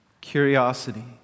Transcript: Curiosity